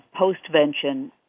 postvention